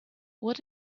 when